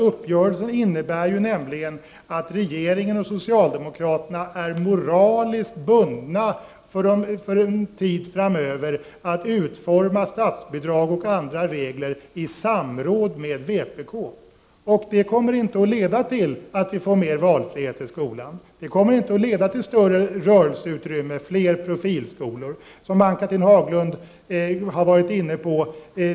Uppgörelsen innebär nämligen att regeringen och socialdemokraterna är moraliskt bundna för en tid framöver att utforma statsbidrag och regler i samråd med vpk. Det kommer inte att leda till ökad valfrihet i skolan. Det kommer inte att leda till större handlingsutrymme och fler profilskolor, vilket Ann-Cathrine Haglund berörde.